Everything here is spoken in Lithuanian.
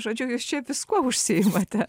žodžiu jūs čia viskuo užsiimate